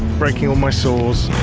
breaking all my saws.